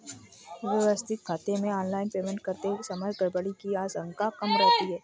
व्यवस्थित खाते से ऑनलाइन पेमेंट करते समय गड़बड़ी की आशंका कम रहती है